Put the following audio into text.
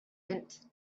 mint